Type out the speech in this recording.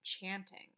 chanting